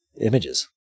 images